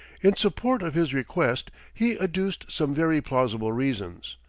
in support of his request he adduced some very plausible reasons.